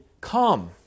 come